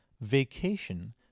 vacation